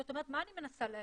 זאת אומרת, מה אני מנסה להגיד?